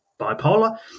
bipolar